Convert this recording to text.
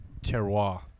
Terroir